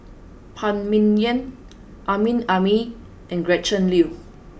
Phan Ming Yen Amrin Amin and Gretchen Liu